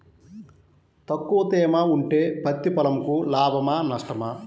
తక్కువ తేమ ఉంటే పత్తి పొలంకు లాభమా? నష్టమా?